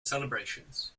celebrations